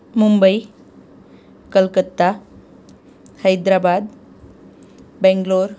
Mumbai Calcutta Hyderabad Bengaluru